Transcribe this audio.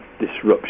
disruption